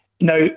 Now